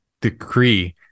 decree